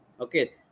Okay